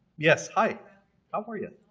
yes hi how are you